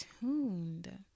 tuned